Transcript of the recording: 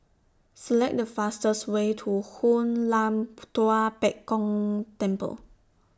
Select The fastest Way to Hoon Lam Tua Pek Kong Temple